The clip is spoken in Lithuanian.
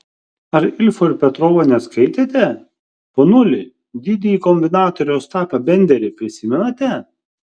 ar ilfo ir petrovo neskaitėte ponuli didįjį kombinatorių ostapą benderį prisimenate